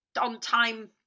on-time